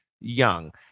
young